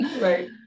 Right